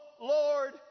Lord